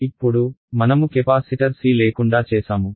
ఇప్పుడు మనము capacitor C లేకుండా చేసాము